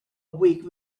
week